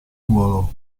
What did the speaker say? ruolo